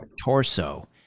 torso